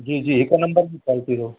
जी जी हिक नम्बर जी क्वालिटी अथव